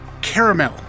caramel